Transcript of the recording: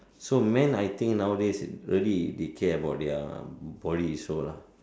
so men I think nowadays early they care about their body also lah